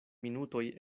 minutoj